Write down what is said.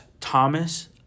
Thomas